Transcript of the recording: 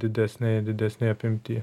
didesnėj didesnėj apimty